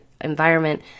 environment